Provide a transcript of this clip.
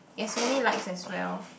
he has many likes as well